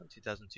2002